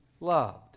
loved